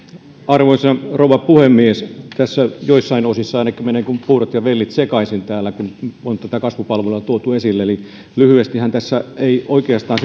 arvoisa rouva puhemies tässä ainakin joissain osissa menevät puurot ja vellit sekaisin täällä kun on tätä kasvupalvelua tuotu esille eli lyhyestihän tässä ei oikeastaan